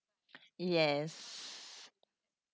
yes